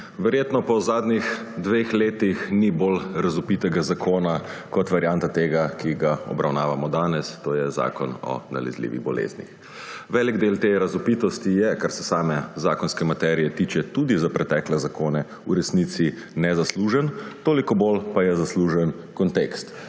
Verjetno po zadnjih dveh letih ni bolj razvpitega zakona kot varianta tega, ki ga obravnavamo danes, to je Zakona o nalezljivih boleznih. Velik del te razvpitosti je, kar se same zakonske materije tiče tudi za pretekle zakone, v resnici nezaslužen, toliko bolj pa je zaslužen kontekst,